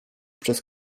przez